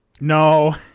No